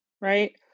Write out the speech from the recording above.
right